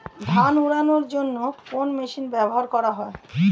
ধান উড়ানোর জন্য কোন মেশিন ব্যবহার করা হয়?